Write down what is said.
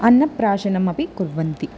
अन्नप्राशनम् अपि कुर्वन्ति